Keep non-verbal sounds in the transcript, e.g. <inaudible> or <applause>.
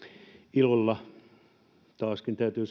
ilolla taaskin täytyy <unintelligible>